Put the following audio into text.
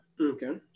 Okay